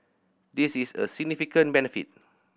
this is a significant benefit